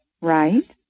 Right